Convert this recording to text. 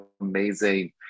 amazing